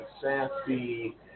Sassy